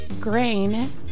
grain